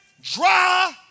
dry